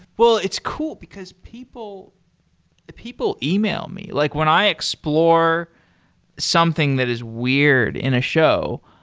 well, it's cool, because people people email me. like when i explore something that is weird in a show,